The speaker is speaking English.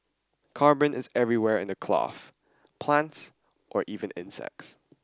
carbon is everywhere in the cloth plants or even insects